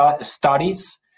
studies